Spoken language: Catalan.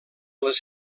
les